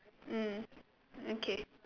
mm okay